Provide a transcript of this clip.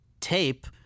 tape